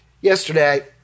Yesterday